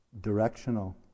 directional